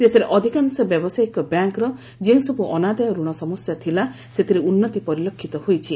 ଦେଶରେ ଅଧିକାଂଶ ବ୍ୟବସାୟୀକ ବ୍ୟାଙ୍କର ଯେଉଁସବୁ ଅନାଦାୟ ରଣ ସମସ୍ୟା ଥିଲା ସେଥିରେ ଉନ୍ନତି ପରିଲକ୍ଷିତ ହୋଇଛି